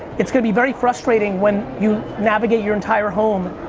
it's gonna be very frustrating when you navigate your entire home,